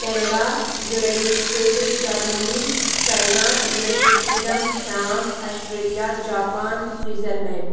Canada United States Germany China United Kingdom France Australia Japan Switzerland